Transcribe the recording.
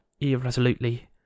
irresolutely